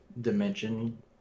dimension